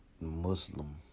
Muslim